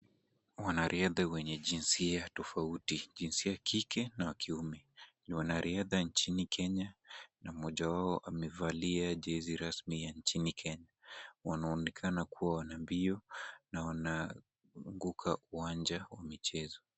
Wanariadha wenye jinsia tofauti, jinsia ya kike na wa kiume. Ni wanariadha nchini Kenya na mmoja wao amevalia jezi rasmi ya nchini Kenya. Wanaonekana kuwa wana mbio na wanazunguka uwanja wa michezo.